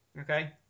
Okay